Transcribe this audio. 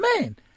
man